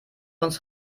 uns